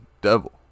devil